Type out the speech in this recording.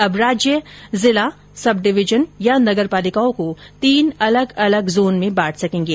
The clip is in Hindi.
अब राज्य जिला सब डिविजन या नगर पालिकाओं को तीन अलग अलग जोन में बांट सकेंगे